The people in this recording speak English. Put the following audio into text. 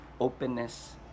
openness